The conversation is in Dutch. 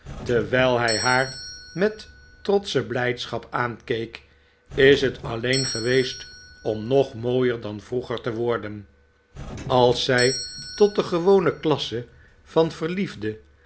terwijl hij haar met trotsche blijdschap aankeek is het alleen geweest om nog mooier dan vroeger te worden als zij tot de gewone klasse van verliefde